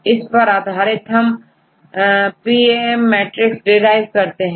इस पर आधारित हमPAM MATRIX deriveकरते हैं